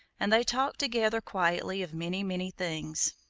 and they talked together quietly of many, many things.